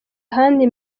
ahandi